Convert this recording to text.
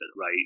right